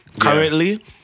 currently